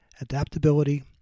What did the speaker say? adaptability